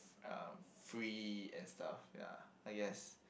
uh free and stuff ya I guess